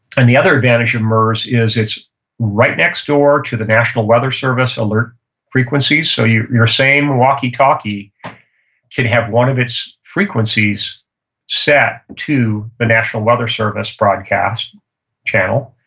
and the other advantage of murs is it's right next door to the national weather service alert frequencies, so your your same walkie-talkie can have one of its frequencies set to the national weather service broadcast channel,